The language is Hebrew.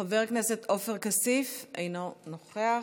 חבר הכנסת עופר כסיף, אינו נוכח,